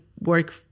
work